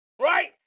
right